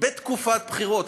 בתקופת בחירות.